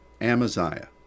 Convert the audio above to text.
Amaziah